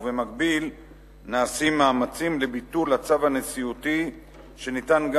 ובמקביל נעשים מאמצים לביטול הצו הנשיאותי שניתן גם